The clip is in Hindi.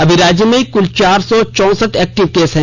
अभी राज्य में कुल चार सौ चौंसठ एक्टिव केस हैं